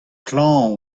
klañv